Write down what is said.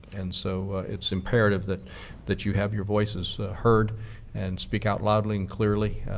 and so it's imperative that that you have your voices heard and speak out loudly and clearly.